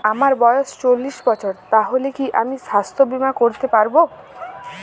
আমার বয়স চল্লিশ বছর তাহলে কি আমি সাস্থ্য বীমা করতে পারবো?